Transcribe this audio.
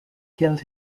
killed